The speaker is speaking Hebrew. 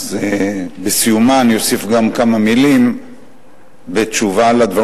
אז בסיומה אוסיף גם כמה מלים בתשובה על הדברים